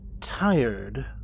tired